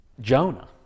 Jonah